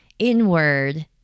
inward